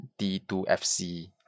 D2FC